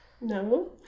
no